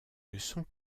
sont